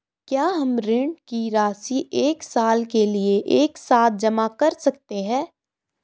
क्या हम ऋण की राशि एक साल के लिए एक साथ जमा कर सकते हैं?